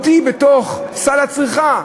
מהותי בסל הצריכה.